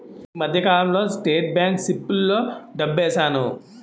ఈ మధ్యకాలంలో state bank సిప్పుల్లో డబ్బేశాను